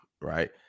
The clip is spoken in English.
right